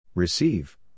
Receive